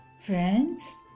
friends